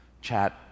chat